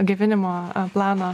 gaivinimo planą